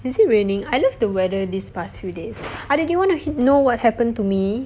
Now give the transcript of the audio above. is it raining I love the weather this past few days adik do you want to hea~ know what happened to me